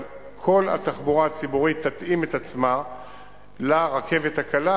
אבל כל התחבורה הציבורית תתאים את עצמה לרכבת הקלה,